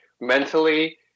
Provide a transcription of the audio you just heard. mentally